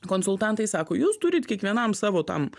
konsultantai sako jūs turit kiekvienam savo tam